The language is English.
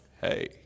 hey